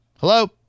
Hello